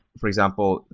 for example,